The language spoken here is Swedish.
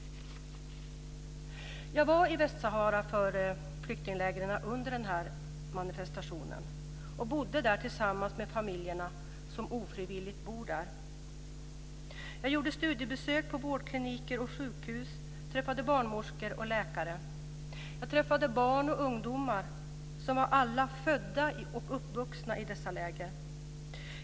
Jag var i flyktinglägren i Västsahara under den här manifestationen. Jag bodde där tillsammans med de familjer som ofrivilligt bor där. Jag gjorde studiebesök på vårdkliniker och sjukhus, träffade barnmorskor och läkare. Jag träffade barn och ungdomar som alla var födda och uppvuxna i dessa läger.